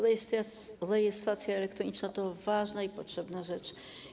Rejestracja elektroniczna to ważna i potrzebna rzecz.